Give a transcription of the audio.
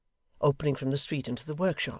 opening from the street into the workshop,